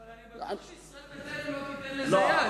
אבל אני בטוח שישראל ביתנו לא תיתן לזה יד.